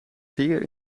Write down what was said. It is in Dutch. zeer